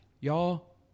Y'all